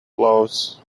blows